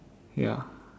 ya